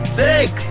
six